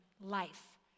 life